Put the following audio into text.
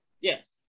Yes